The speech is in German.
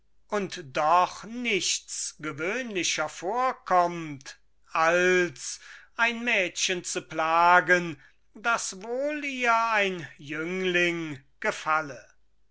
und doch nichts gewöhnlicher vorkommt als ein mädchen zu plagen daß wohl ihr ein jüngling gefalle